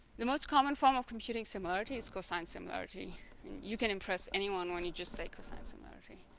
the most common form of computing similarity is cosine similarity you can impress anyone when you just say cosine similarity